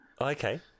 Okay